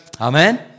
Amen